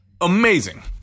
amazing